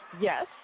Yes